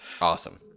Awesome